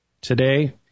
Today